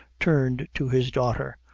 turned to his daughter,